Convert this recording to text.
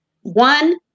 One